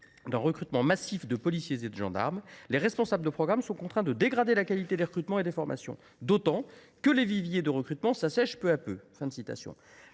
d’un “recrutement massif de policiers et de gendarmes”, les responsables de programme sont contraints de dégrader la qualité des recrutements et des formations, d’autant que les viviers de recrutement s’assèchent peu à peu. »